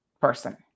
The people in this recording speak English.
person